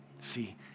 See